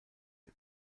die